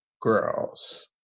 girls